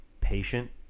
patient